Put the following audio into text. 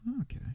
Okay